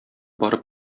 барып